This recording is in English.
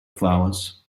flowers